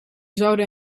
zouden